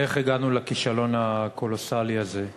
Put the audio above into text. איך הגענו לכישלון הקולוסלי הזה.